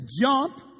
jump